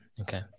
Okay